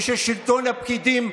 וששלטון הפקידים,